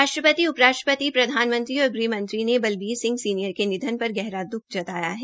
राष्ट्रपति उप राष्ट्रपित प्रधानमंत्री और गृहमंत्री बलबीर सिंह सीनियर के निधन पर गहरा द्ख जताया है